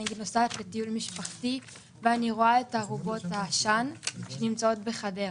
נוסעת בטיול משפחתי ורואה את ארובות העשן שנמצאות בחדרה.